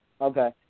Okay